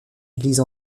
église